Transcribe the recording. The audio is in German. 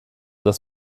das